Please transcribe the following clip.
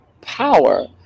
power